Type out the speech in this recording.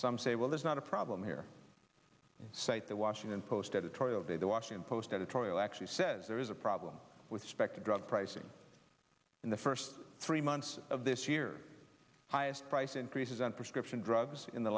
some say well that's not a problem here cite the washington post editorial today the washington post editorial actually says there is a problem with spector drug pricing in the first three months of this year highest price increases on prescription drugs in the